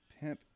Pimp